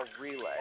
relay